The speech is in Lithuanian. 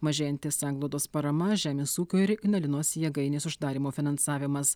mažėjanti sanglaudos parama žemės ūkio ir ignalinos jėgainės uždarymo finansavimas